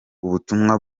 ubutumwa